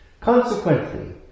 Consequently